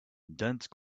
dense